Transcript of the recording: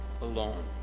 alone